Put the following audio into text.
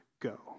go